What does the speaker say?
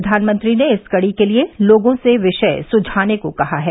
प्रधानमंत्री ने इस कड़ी के लिए लोगों से विषय सुझाने को कहा है